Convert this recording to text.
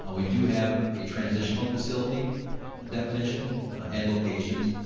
um we do have a transitional facility ah definition and locations,